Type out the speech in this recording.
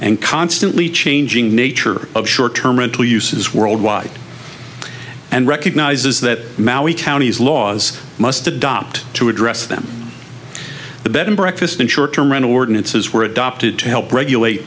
and constantly changing nature of short term and two uses world wide and recognizes that maui county's laws must adopt to address them the bed and breakfast in short term rental ordinances were adopted to help regulate